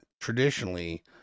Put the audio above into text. traditionally